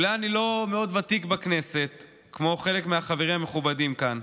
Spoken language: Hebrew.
אולי אני לא מאוד ותיק בכנסת כמו חלק מהחברים המכובדים כאן,